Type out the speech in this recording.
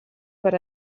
per